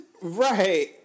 Right